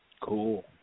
Cool